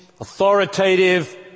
authoritative